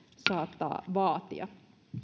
saattaa vaatia